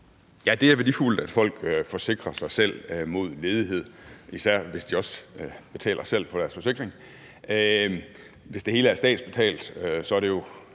Ja, det er værdifuldt, at folk forsikrer sig selv mod ledighed, især hvis de også selv betaler for deres forsikring. Hvis det hele er statsbetalt, er det jo